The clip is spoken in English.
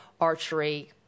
archery